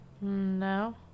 No